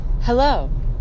Hello